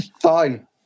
Fine